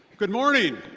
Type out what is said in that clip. good morning!